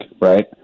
right